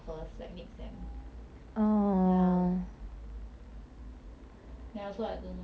the school 还没有 like cancel the next sem 的 exchange so maybe we can travel by then I don't know